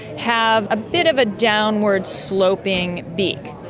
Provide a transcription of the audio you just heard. have a bit of a downward sloping beak.